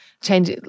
change